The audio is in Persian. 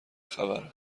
خبره